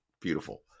beautiful